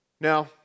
now